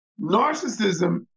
narcissism